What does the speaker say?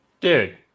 Dude